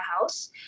House